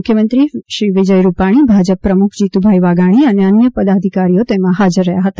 મુખ્યમંત્રી શ્રી વિજયરૂપાલી ભાજપ પ્રમુખ જીતુભાઇ વાઘાલી અને અન્ય પદાધિકારીઓ તેમાં હાજર રહ્યા હતા